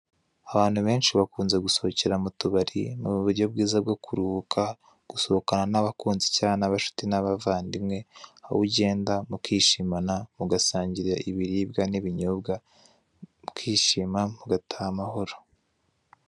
Abantu benshi bakunze gusohokera mu tubari, mu buryo bwiza bwo kuruhuka, gusohokana n'abakunzi cya n'abashuti n'abavabdimwe, aho ugenda mukishimana, mugasangira ibiribwa n'ibinyobwa, mukishima, mugataha amahoro.